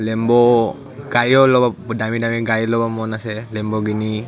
Lambo গাড়ীও ল'ব দামী দামী গাড়ী ল'ব মন আছে লেম্বৰগিনি